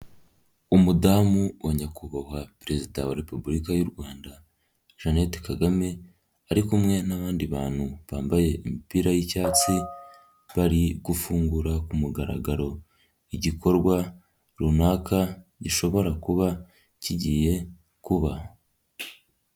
Umudamu wa nyakubahwa perezida wa repubulika y'u rwanda jeannette kagame; ari kumwe n'abandi bantu bambaye imipira y'icyatsi, bari gufungura ku mugaragaro igikorwa runaka gishobora kuba kigiye kuba.